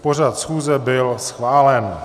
Pořad schůze byl schválen.